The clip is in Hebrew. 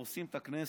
הורסים את הכנסת,